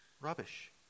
rubbish